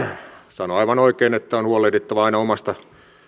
sanoi aivan oikein että on huolehdittava aina omasta